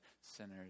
sinners